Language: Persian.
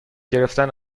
گرفتن